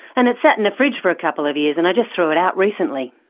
and it sat in the fridge for a couple of years and i just threw it out recently.